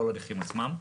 לא לנכים עצמם,